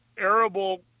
arable